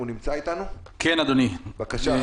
בבקשה,